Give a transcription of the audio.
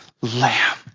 lamb